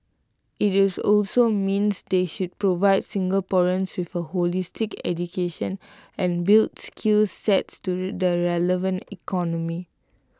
IT also means they should provide Singaporeans with A holistic education and build skill sets to the relevant economy